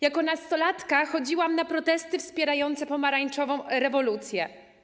Jako nastolatka chodziłam na protesty wspierające pomarańczową rewolucję.